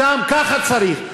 שם, ככה צריך.